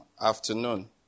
afternoon